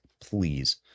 please